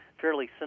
fairly